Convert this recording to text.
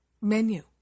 menu